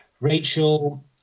rachel